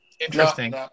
Interesting